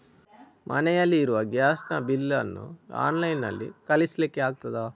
ಮನೆಯಲ್ಲಿ ಇರುವ ಗ್ಯಾಸ್ ನ ಬಿಲ್ ನ್ನು ಆನ್ಲೈನ್ ನಲ್ಲಿ ಕಳಿಸ್ಲಿಕ್ಕೆ ಆಗ್ತದಾ?